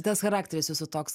tas charakteris jūsų toks